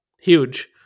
huge